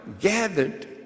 gathered